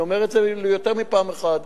אני אומר את זה יותר מפעם אחת.